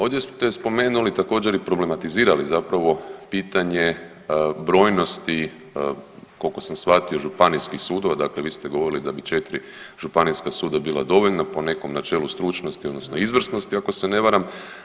Ovdje ste spomenuli također i problematizirali zapravo pitanje brojnosti koliko sam shvatio županijskih sudova, dakle vi ste govorili da bi 4 županijska suda bila dovoljna po nekom načelu stručnosti, odnosno izvrsnosti ako se ne varam.